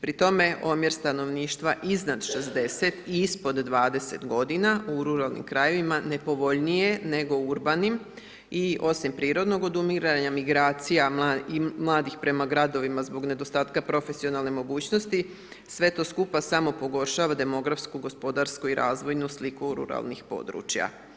Pri tome, omjer stanovništva iznad 60 i ispod 20 godina u ruralnim krajevima nepovoljniji je nego u urbanim i osim prirodnog odumiranja, migracija i mladih prema gradovima zbog nedostatka profesionalne mogućnosti, sve to skupa samo pogoršava demografsku, gospodarsku i razvojnu sliku ruralnih područja.